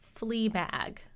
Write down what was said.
Fleabag